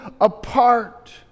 apart